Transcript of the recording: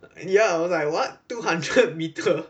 ya I was like what two hundred meter